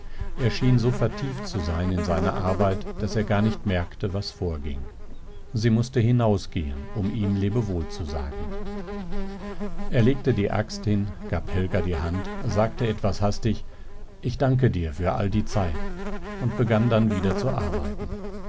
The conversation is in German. er schien so vertieft zu sein in seine arbeit daß er gar nicht merkte was vorging sie mußte hinausgehen um ihm lebewohl zu sagen er legte die axt hin gab helga die hand sagte etwas hastig ich danke dir für all die zeit und begann dann wieder zu arbeiten